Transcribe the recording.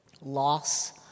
loss